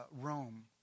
Rome